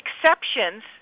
exceptions